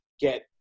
get